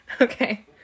Okay